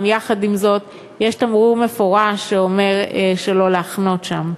אולם יחד עם זאת יש תמרור מפורש שאומר שלא להחנות שם.